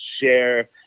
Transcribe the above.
share